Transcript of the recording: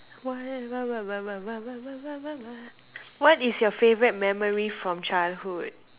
what what what what what what what what what is your favorite memory from childhood